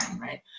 right